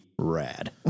rad